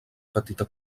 petita